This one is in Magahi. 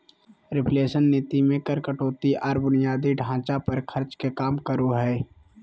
रिफ्लेशन नीति मे कर कटौती आर बुनियादी ढांचा पर खर्च के काम करो हय